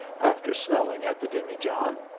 after smelling at the demijohn.